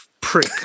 prick